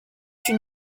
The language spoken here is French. une